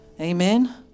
amen